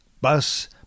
bus